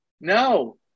No